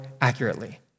accurately